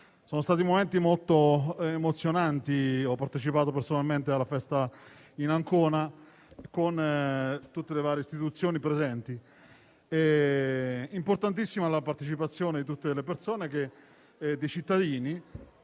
Sono stati momenti molto emozionanti. Ho partecipato personalmente alla festa ad Ancona, e tutte le varie istituzioni erano presenti. È importantissima la partecipazione dei cittadini,